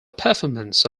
performance